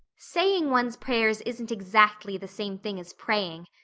saying one's prayers isn't exactly the same thing as praying,